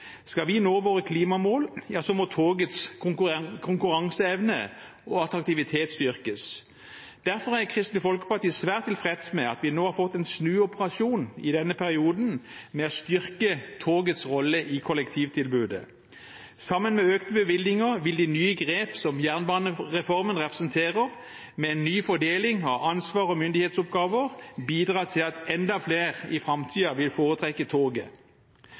Skal vi nå våre klimamål, må togets konkurranseevne og attraktivitet styrkes. Derfor er Kristelig Folkeparti svært tilfreds med at vi nå har fått en snuoperasjon i denne perioden med å styrke togets rolle i kollektivtilbudet. Sammen med økte bevilgninger vil de nye grepene som jernebanereformen representerer, med en ny fordeling av ansvar og myndighetsoppgaver, bidra til at enda flere i framtiden vil foretrekke toget.